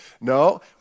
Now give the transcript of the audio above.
No